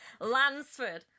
Lansford